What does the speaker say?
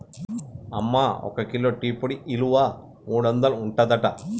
అమ్మ ఒక kilo tea పొడి ఇలువ మూడొందలు ఉంటదట